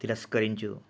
తిరస్కరించు